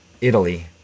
Italy